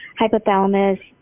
hypothalamus